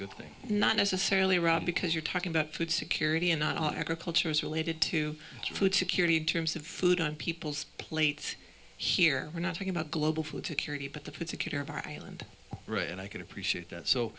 good thing not necessarily rob because you're talking about food security and not agriculture as related to food security in terms of food on people's plate here we're not talking about global food security but the particular of our island right and i can appreciate that so